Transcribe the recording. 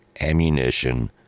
ammunition